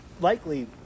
likely